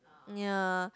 ya